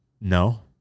No